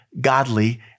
godly